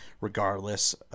regardless